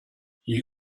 you